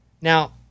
Now